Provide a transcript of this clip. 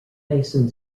mason